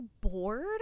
bored